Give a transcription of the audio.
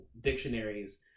dictionaries –